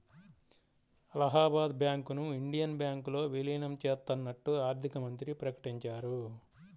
అలహాబాద్ బ్యాంకును ఇండియన్ బ్యాంకులో విలీనం చేత్తన్నట్లు ఆర్థికమంత్రి ప్రకటించారు